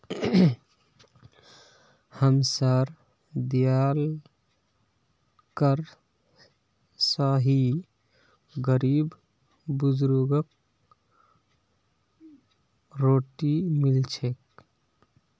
हमसार दियाल कर स ही गरीब बुजुर्गक रोटी मिल छेक